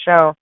show